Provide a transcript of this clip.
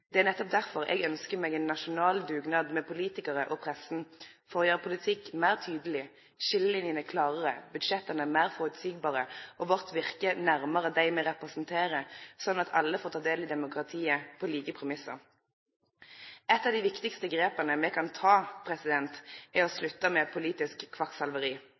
Det er nettopp derfor eg ynskjer meg ein nasjonal dugnad med politikarar og pressa for å gjere politikken meir tydeleg, skiljelinene klarare, budsjetta meir føreseielege og vårt virke nærmare dei me representerer, slik at alle får ta del i demokratiet på like premissar. Eit av dei viktigaste grepa me kan ta, er å slutte med politisk kvakksalveri.